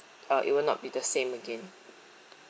uh it will not be the same again